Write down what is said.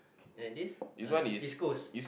and this ah East Coast